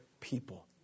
people